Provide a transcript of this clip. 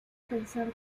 pensar